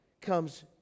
comes